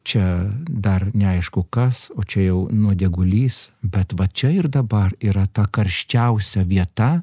čia dar neaišku kas o čia jau nuodėgulys bet va čia ir dabar yra ta karščiausia vieta